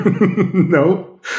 No